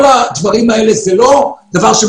כל הדברים האלה זה לא חלום,